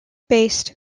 based